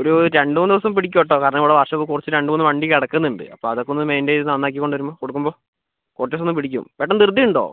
ഒരു രണ്ട് മൂന്ന് ദിവസം പിടിക്കും കേട്ടോ കാരണം നമ്മുടെ വർഷോപ്പിൽ രണ്ട് മൂന്ന് വണ്ടി കിടക്കുന്നുണ്ട് അപ്പോൾ അതൊക്കെ ഒന്ന് മെയിൻറ്റെയിൻ ചെയ്തു നന്നാക്കി കൊടുക്കുമ്പോൾ കുറച്ചു സമയം പിടിക്കും ധിറുതിയുണ്ടോ